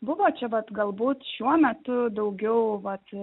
buvo čia vat galbūt šiuo metu daugiau vat